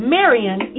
Marion